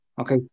Okay